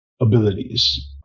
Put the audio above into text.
abilities